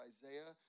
Isaiah